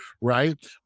right